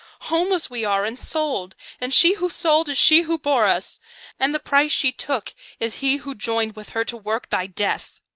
homeless we are and sold and she who sold is she who bore us and the price she took is he who joined with her to work thy death,